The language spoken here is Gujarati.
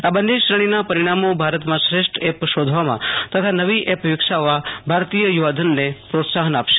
આ બંન્ને શ્રેણીના પરિણામો ભારતમાં શ્રેષ્ઠ એપ શોધવામાં તથા નવી એપ વિકસાવવા ભારતીય યુ વાધનને પ્રોત્સાહન આપશે